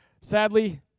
Sadly